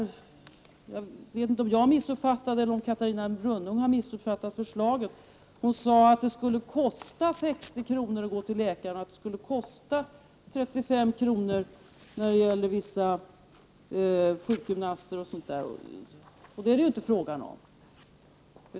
Jag vet inte om det är jag som har missuppfattat eller om det är Catarina Rönnung som har missuppfattat förslagen. Hon sade att läkarbesök skulle kosta 60 kr., att sjukgymnastbesök skulle kosta 35 kr. osv., men det är inte så.